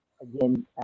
again